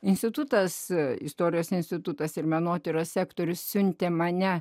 institutas istorijos institutas ir menotyros sektorius siuntė mane